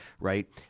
right